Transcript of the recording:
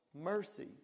mercy